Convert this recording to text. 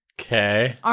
Okay